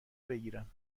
بگیرم